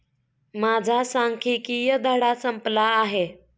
माझा सांख्यिकीय धडा संपला आहे